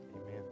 Amen